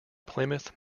plymouth